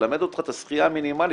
ללמד אותך את השחייה המינימלית,